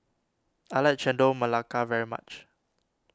I like Chendol Melaka very much